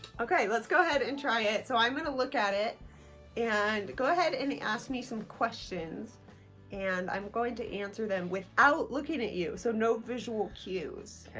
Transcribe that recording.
okay, let's go ahead and try it. so i'm gonna look at it and go ahead and ask me some questions and i'm going to answer them without looking at you so no visual cues.